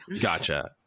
gotcha